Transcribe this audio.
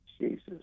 Jesus